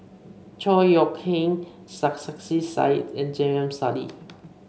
Chor Yeok Eng Sarkasi Said and J M Sali